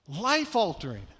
life-altering